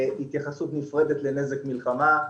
והתייחסות נפרדת לנזק מלחמה.